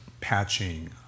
patching